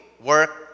work